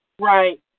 Right